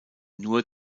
nur